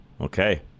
okay